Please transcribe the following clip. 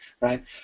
right